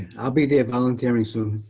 i'll be the voluntary soon.